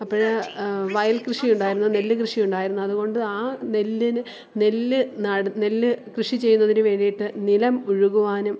അപ്പോൾ വയൽ കൃഷി ഉണ്ടായിരുന്നു നെല്ല് കൃഷി ഉണ്ടായിരുന്നു അതുകൊണ്ട് ആ നെല്ലിന് നെല്ല് നട് നെല്ല് കൃഷി ചെയ്യുന്നതിന് വേണ്ടിയിട്ട് നിലം ഉഴുകുവാനും